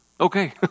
Okay